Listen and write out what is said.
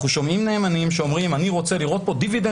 אנחנו שומעים נאמנים שאומרים שהם רוצים לראות דיבידנד